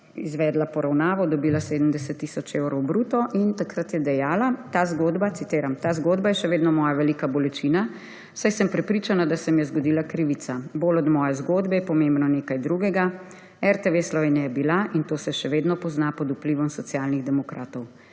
izvedla poravnavo, dobila 70 tisoč evrov bruto, je takrat dajala, citiram: »Ta zgodba je še vedno moja velika bolečina, saj sem prepričana, da se mi je zgodila krivica. Bolj od moje zgodbe je pomembno nekaj drugega, RTV Slovenija je bila, in to se še vedno pozna, pod vplivov Socialnih demokratov.